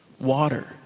water